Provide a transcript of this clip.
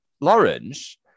Lawrence